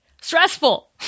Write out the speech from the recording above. Stressful